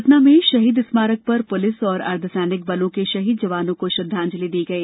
सतना में शहीद स्मारक पर पुलिस और अर्द्वसैनिक बलों के शहीद जवानों को श्रद्वांजलि दी गई